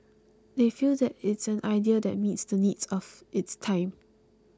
they feel that it's an idea that meets the needs of its time